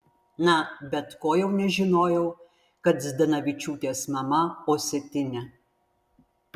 na bet ko jau nežinojau kad zdanavičiūtės mama osetinė